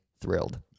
thrilled